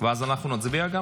ואז אנחנו נצביע גם,